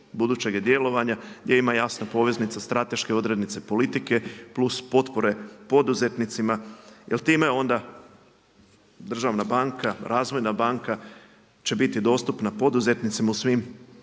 budućega djelovanja gdje ima jasna poveznica strateške odrednice politike plus potpore poduzetnicima. Jer time onda državna banka, razvojna banka će biti dostupna poduzetnicima u svim